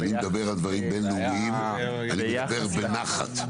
כשאני מדבר על דברים בין-לאומיים אני מדבר בנחת.